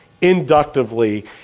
inductively